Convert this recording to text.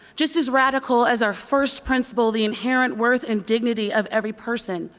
just as radical as our first principle, the inherent worth and dignity of every person.